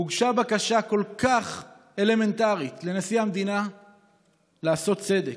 הוגשה בקשה כל כך אלמנטרית לנשיא המדינה לעשות צדק.